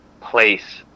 place